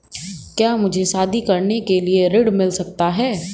क्या मुझे शादी करने के लिए ऋण मिल सकता है?